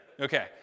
Okay